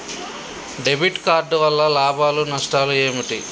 Debit card వల్ల లాభాలు నష్టాలు ఏమిటి?